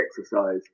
exercise